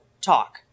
talk